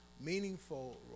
meaningful